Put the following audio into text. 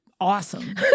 awesome